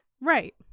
Right